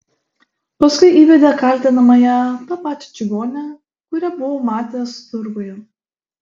paskui įvedė kaltinamąją tą pačią čigonę kurią buvau matęs turguje